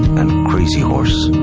and crazy horse,